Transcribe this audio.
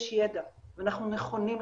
יש ידע ואנחנו נכונים לסייע.